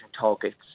targets